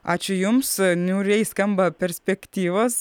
ačiū jums niūriai skamba perspektyvos